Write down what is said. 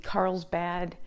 Carlsbad